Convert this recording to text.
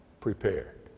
prepared